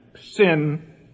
sin